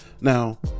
now